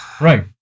Right